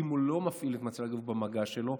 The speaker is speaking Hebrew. ואם הוא לא מפעיל את מצלמת הגוף במגע שלו,